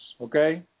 okay